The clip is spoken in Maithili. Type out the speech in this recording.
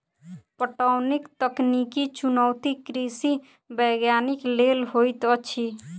पटौनीक तकनीकी चुनौती कृषि वैज्ञानिक लेल होइत अछि